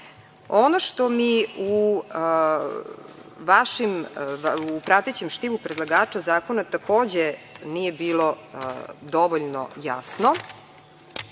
što mi u pratećem štivu predlagača zakona takođe nije bilo dovoljno jasno,